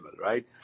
right